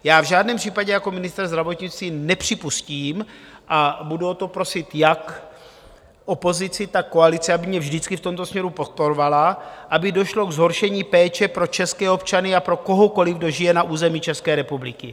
V žádném případě jako ministr zdravotnictví nepřipustím a budu o to prosit jak opozici, tak koalici, aby mě vždycky v tomto směru podporovala aby došlo ke zhoršení péče pro české občany a pro kohokoli, kdo žije na území České republiky.